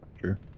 Sure